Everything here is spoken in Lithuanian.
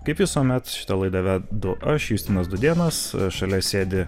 kaip visuomet šitą laidą vedu aš justinas dudėnas šalia sėdi